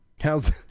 How's